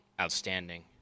outstanding